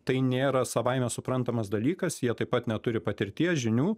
tai nėra savaime suprantamas dalykas jie taip pat neturi patirties žinių